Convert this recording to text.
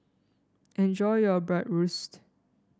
enjoy your Bratwurst